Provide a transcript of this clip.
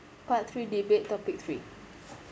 part three debate topic three